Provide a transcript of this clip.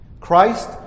Christ